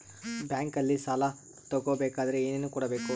ಬ್ಯಾಂಕಲ್ಲಿ ಸಾಲ ತಗೋ ಬೇಕಾದರೆ ಏನೇನು ಕೊಡಬೇಕು?